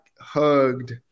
hugged